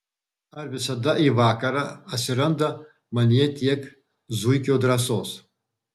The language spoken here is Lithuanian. ar visada į vakarą atsiranda manyje tiek zuikio drąsos